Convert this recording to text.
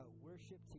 worship